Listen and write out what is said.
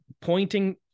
pointing